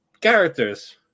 characters